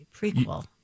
prequel